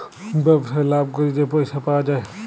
ব্যবসায় লাভ ক্যইরে যে পইসা পাউয়া যায়